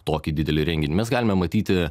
tokį didelį renginį mes galime matyti